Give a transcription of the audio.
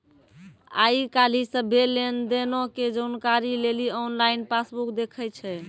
आइ काल्हि सभ्भे लेन देनो के जानकारी लेली आनलाइन पासबुक देखै छै